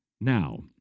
Now